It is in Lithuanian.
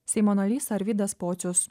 seimo narys arvydas pocius